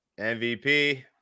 MVP